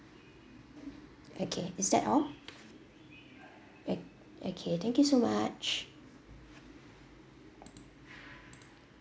okay is that all ok~ okay thank you so much